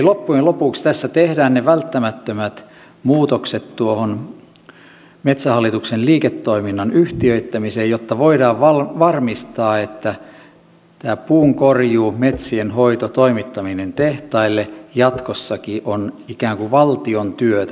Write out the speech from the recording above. loppujen lopuksi tässä tehdään ne välttämättömät muutokset metsähallituksen liiketoiminnan yhtiöittämiseen jotta voidaan varmistaa että tämä puunkorjuu metsien hoito toimittaminen tehtaille jatkossakin on ikään kuin valtion työtä